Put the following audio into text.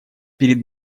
перед